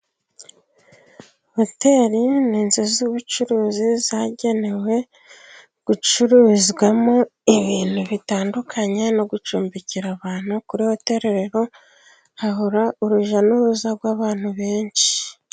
Hoteli ni inzu z'ubucuruzi zagenewe gucururizwamo ibintu bitandukanye no gucumbikira abantu, kuri hoteli rero hahora urujya n'uruza rw'abantu benshi.